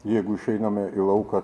jeigu išeiname į lauką